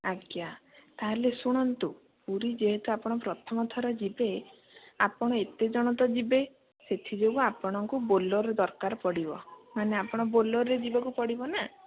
ଆଜ୍ଞା ତା'ହେଲେ ଶୁଣନ୍ତୁ ପୁରୀ ଯେହେତୁ ଆପଣ ପ୍ରଥମ ଥର ଯିବେ ଆପଣ ଏତେ ଜଣ ତ ଯିବେ ସେଥିଯୋଗୁଁ ଆପଣଙ୍କୁ ବୋଲେରୋ ଦରକାର ପଡ଼ିବ ମାନେ ଆପଣ ବୋଲେରୋରେ ଯିବାକୁ ପଡ଼ିବନା